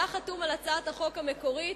שהיה חתום על הצעת החוק המקורית,